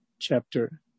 chapter